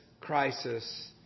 crisis